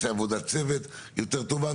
שממנה תיעשה עבודת צוות יותר טובה,